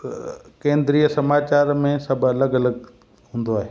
केंद्रीय समाचार में सभु अलॻि अलॻि हूंदो आहे